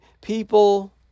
people